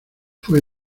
fue